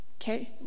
Okay